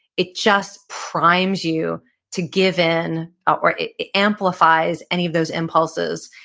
it just primes you to give in or it it amplifies any of those impulses.